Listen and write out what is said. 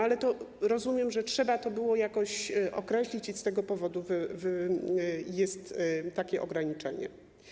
Ale rozumiem, że trzeba to było jakoś określić, i z tego powodu jest takie ograniczenie.